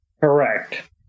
correct